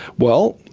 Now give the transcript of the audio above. well,